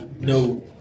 No